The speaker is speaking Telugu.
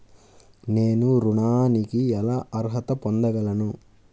నేను ఋణానికి ఎలా అర్హత పొందగలను?